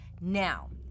Now